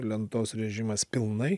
lentos režimas pilnai